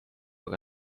aga